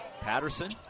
Patterson